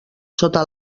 sota